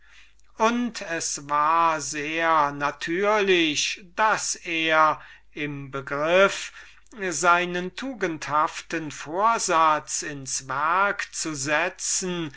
und es war sehr natürlich daß er im begriff seinen tugendhaften vorsatz ins werk zu setzen